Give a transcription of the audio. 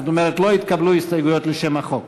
זאת אומרת, לא התקבלו הסתייגויות לשם החוק.